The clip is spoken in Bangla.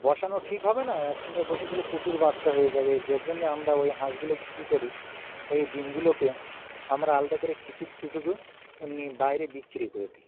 বসানো ঠিক হবে না একসঙ্গে বসিয়ে দিলে প্রচুর বাচ্চা হয়ে যাবে যে জন্যে আমরা ওই হাঁসগুলোকে কী করি ওই ডিমগুলোকে আমরা আলাদা করে কিছু কিছু এমনি বাইরে বিক্রি করে দিই